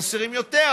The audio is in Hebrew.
יהיה חסר יותר,